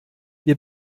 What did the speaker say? wir